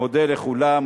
מודה לכולם,